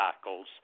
cycles